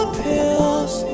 pills